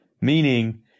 meaning